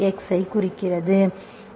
ஐ குறிக்கிறது